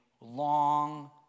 long